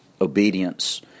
obedience